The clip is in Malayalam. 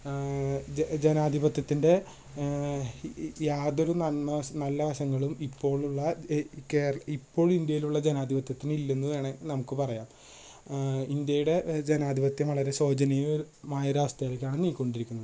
ജെ ജനാധിപത്യത്തിൻ്റെ യാതൊരു നന്മവശ് നല്ലവശങ്ങളും ഇപ്പോളുള്ള കേര ഇപ്പോൾ ഇന്ത്യയിലുള്ള ജനാധിപത്യത്തിനില്ലെന്ന് വേണേൽ നമുക്ക് പറയാം ഇന്ത്യയുടെ ജനാധിപത്യം വളരെ ശോചനീയമായ ഒരു അവസ്ഥയിലേക്കാണ് നീങ്ങിക്കൊണ്ടിരിക്കുന്നത്